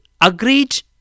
agreed